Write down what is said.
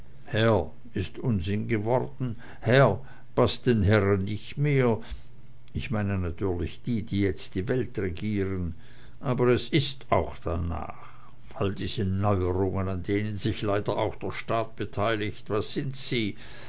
ist unsinn geworden herr paßt den herren nicht mehr ich meine natürlich die die jetzt die welt regieren wollen aber es ist auch danach alle diese neuerungen an denen sich leider auch der staat beteiligt was sind sie